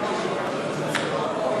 הכנסת,